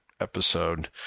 episode